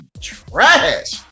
trash